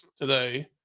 today